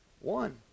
One